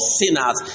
sinners